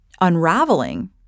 unraveling